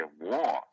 war